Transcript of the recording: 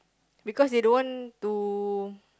because they don't want to